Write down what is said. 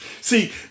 See